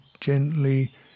gently